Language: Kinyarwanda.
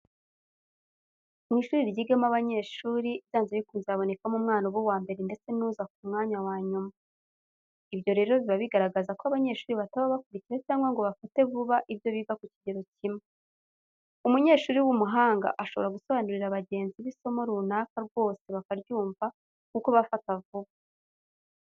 Mu ishuri ryigamo abanyeshuri byanze bikunze habonekamo umwana uba uwa mbere ndetse nuza ku mwanya wa nyuma. Ibyo rero biba bigaragaza ko abanyeshuri bataba bakurikira cyangwa ngo bafate vuba ibyo biga ku kigero cyimwe. Umunyeshuri w'umuhana ashobora gusobanurira bagenzi be isomo runaka rwose bakaryumva kuko aba afata vuba.